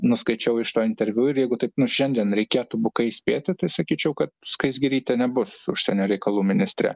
nuskaičiau iš to interviu ir jeigu taip nu šiandien reikėtų bukai spėti tai sakyčiau kad skaisgirytė nebus užsienio reikalų ministre